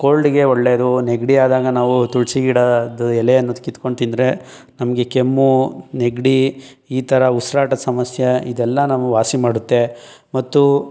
ಕೋಲ್ಡ್ಗೆ ಒಳ್ಳೆಯದು ನೆಗಡಿ ಆದಾಗ ನಾವು ತುಳಸಿ ಗಿಡದ್ದು ಎಲೆಯನ್ನು ಕಿತ್ಕೊಂಡು ತಿಂದರೆ ನಮಗೆ ಕೆಮ್ಮು ನೆಗಡಿ ಈ ಥರ ಉಸ್ರಾಟದ ಸಮಸ್ಯೆ ಇದೆಲ್ಲ ನಾವು ವಾಸಿ ಮಾಡುತ್ತೆ ಮತ್ತು